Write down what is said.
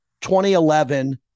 2011